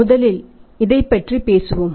முதலில் இதைப் பற்றி பேசுவோம்